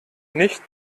nicht